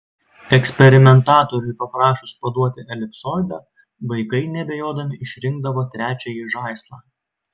eksperimentatoriui paprašius paduoti elipsoidą vaikai neabejodami išrinkdavo trečiąjį žaislą